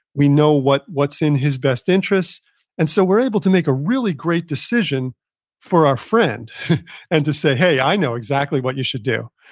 we know what's in his best interest and so, we're able to make a really great decision for our friend and to say, hey, i know exactly what you should do.